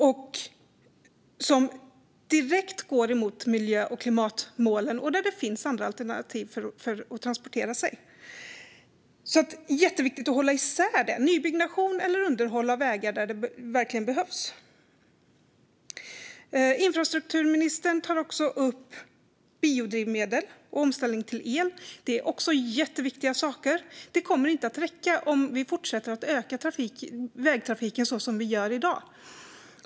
Det går direkt emot miljö och klimatmålen, och det finns andra alternativ för att transportera sig. Det är viktigt att hålla isär dessa frågor, det vill säga nybyggnation eller underhåll av vägar där de verkligen behövs. Infrastrukturministern tar också upp biodrivmedel och omställning till el. Det är också mycket viktiga frågor. De kommer inte att räcka om vägtrafiken fortsätter att öka så som i dag.